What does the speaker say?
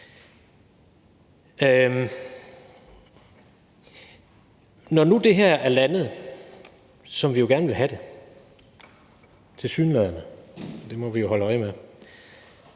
tilsyneladende er landet, som vi jo gerne vil have det – det må vi jo holde øje med